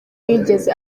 yigeze